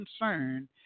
concern